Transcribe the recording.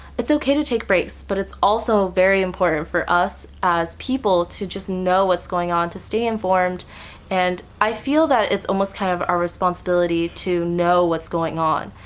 it's okay to take breaks but it's also very important for us as people to just know what's going on, to stay informed and i feel like it's almost kind of our responsibility to know what's going on.